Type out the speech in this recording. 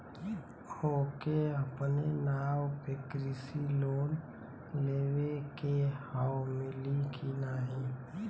ओके अपने नाव पे कृषि लोन लेवे के हव मिली की ना ही?